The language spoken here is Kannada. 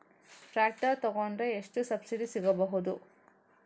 ಟ್ರ್ಯಾಕ್ಟರ್ ತೊಕೊಂಡರೆ ಎಷ್ಟು ಸಬ್ಸಿಡಿ ಸಿಗಬಹುದು?